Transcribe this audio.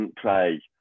play